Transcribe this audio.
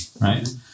right